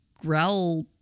growl